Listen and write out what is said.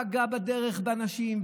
פגע בדרך באנשים,